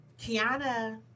Kiana